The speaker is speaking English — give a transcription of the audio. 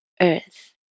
earth